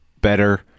better